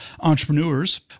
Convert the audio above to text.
entrepreneurs